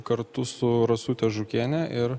kartu su rasute žukiene ir